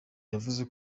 yavuze